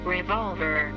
Revolver